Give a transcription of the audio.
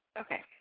Okay